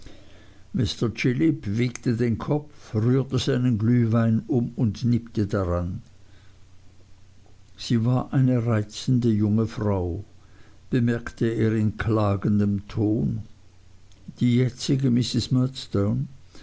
mr chillip wiegte den kopf rührte seinen glühwein um und nippte daran sie war eine reizende junge frau bemerkte er in klagendem ton die jetzige